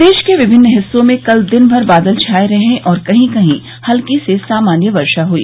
प्रदेश के विभिन्न हिस्सों में कल दिन भर बादल छाये रहे और कहीं कहीं हल्की से सामान्य वर्षा हुई